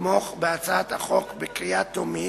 לתמוך בהצעת החוק בקריאת טרומית,